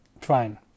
fine